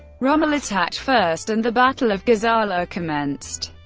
rommel attacked first and the battle of gazala commenced.